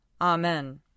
Amen